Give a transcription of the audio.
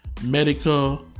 medical